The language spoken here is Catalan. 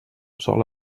sol